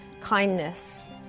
kindness